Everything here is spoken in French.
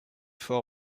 fort